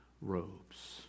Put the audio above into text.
robes